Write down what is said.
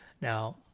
now